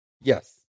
Yes